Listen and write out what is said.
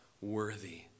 worthy